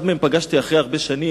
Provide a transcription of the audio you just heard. אחד מהם פגשתי אחרי הרבה שנים,